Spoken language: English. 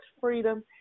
freedom